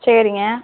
சரிங்க